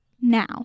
now